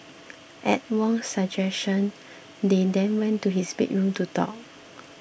at Wong's suggestion they then went to his bedroom to talk